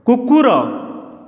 କୁକୁର